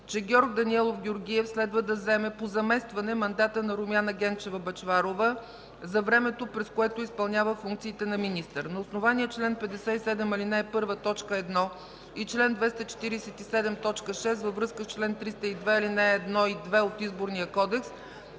че Георг Даниелов Георгиев следва да заеме по заместване мандата на Румяна Генчева Бъчварова за времето, през което изпълнява функциите на министър. На основание чл. 57, ал. 1, т. 1 и чл. 247, т. 6 във връзка с чл. 302, ал. 1 и 2 от Изборния кодекс